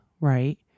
right